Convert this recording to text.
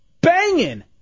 banging